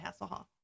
Hasselhoff